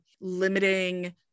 limiting